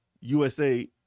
USA